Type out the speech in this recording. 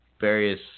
various